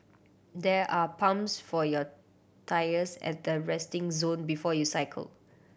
there are pumps for your tyres at the resting zone before you cycle